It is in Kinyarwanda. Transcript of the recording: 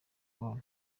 col